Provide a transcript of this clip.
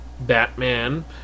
Batman